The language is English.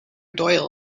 doyle